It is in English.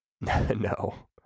No